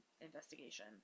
investigation